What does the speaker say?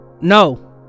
No